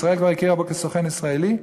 ישראל כבר הכירה בו כסוכן ישראלי,